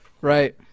Right